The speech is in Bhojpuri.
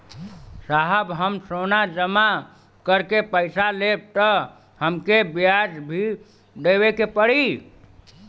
साहब हम सोना जमा करके पैसा लेब त हमके ब्याज भी देवे के पड़ी?